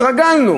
התרגלנו